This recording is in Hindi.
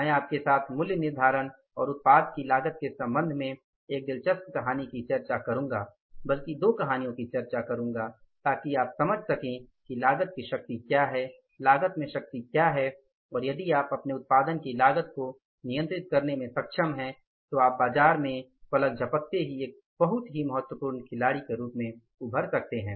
मैं आपके साथ मूल्य निर्धारण और उत्पाद की लागत के संबंध में एक दिलचस्प कहानी की चर्चा करूंगा बल्कि दो कहानियों की चर्चा करूंगा ताकि आप समझ सकें कि लागत की शक्ति क्या है लागत में शक्ति क्या है और यदि आप अपने उत्पादन की लागत को नियंत्रित करने में सक्षम हैं तो आप बाजार में पलक झपकते ही एक बहुत ही महत्वपूर्ण खिलाड़ी के रूप में उभर सकते हैं